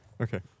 Okay